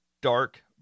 dark